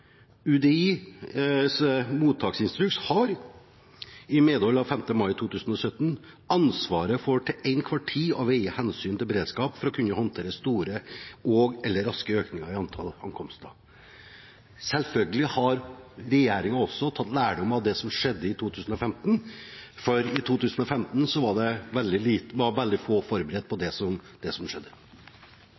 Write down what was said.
UDI i mottaksinstruksen i medhold av 5. mai 2017 ansvaret for til enhver tid å veie hensynet til beredskap, for å kunne håndtere store og/eller raske økninger i antallet ankomster. Selvfølgelig har også regjeringen tatt lærdom av det som skjedde i 2015, for i 2015 var veldig få forberedt på det som skjedde.